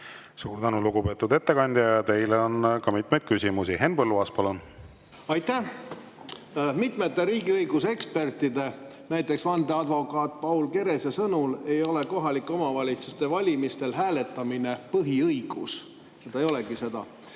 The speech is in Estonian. Suur tänu, lugupeetud ettekandja! Teile on ka mitmeid küsimusi. Henn Põlluaas, palun! Aitäh! Mitmete riigiõiguse ekspertide sõnul, näiteks vandeadvokaat Paul Kerese sõnul, ei ole kohalike omavalitsuste valimistel hääletamine põhiõigus. See ei olegi seda.